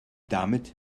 damit